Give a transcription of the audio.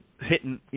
hitting